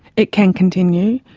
it can continue,